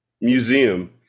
museum